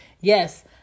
Yes